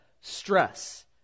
stress